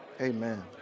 Amen